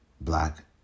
black